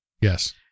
Yes